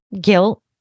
guilt